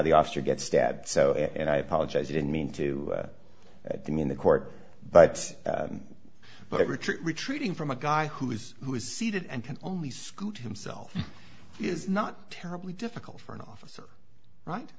the officer gets stabbed so and i apologize i didn't mean to demean the court but but richard retreating from a guy who is who is seated and can only scoot himself is not terribly difficult for an officer right